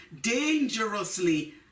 dangerously